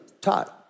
taught